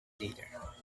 leader